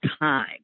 time